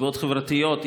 סיבות חברתיות,